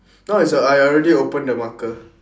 no it's I already open the marker